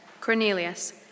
Cornelius